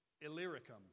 Illyricum